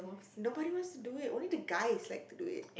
nobody wants to do it only that guy likes to do it